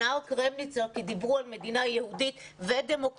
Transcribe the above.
שנהר-קרמניצר כי דיברו על מדינה יהודית ודמוקרטית,